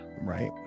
Right